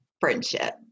friendship